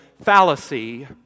fallacy